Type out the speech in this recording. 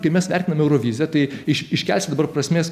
kai mes vertinam euroviziją tai iškęsti dabar prasmės